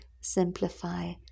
simplify